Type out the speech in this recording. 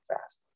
fast